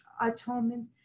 atonement